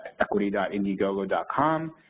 equity.indiegogo.com